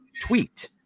tweet